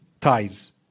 ties